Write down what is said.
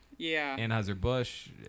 Anheuser-Busch